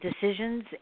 decisions